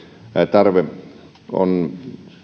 tarve